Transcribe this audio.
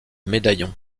médaillons